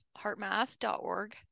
heartmath.org